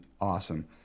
awesome